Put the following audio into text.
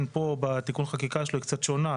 פה בתיקון החקיקה שלו היא קצת שונה,